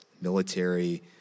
military